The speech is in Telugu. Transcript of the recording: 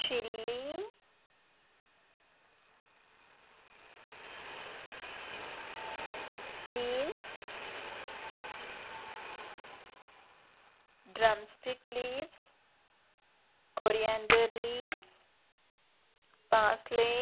chilli beans drumstick leaves coriander leaves parsley